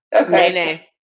Okay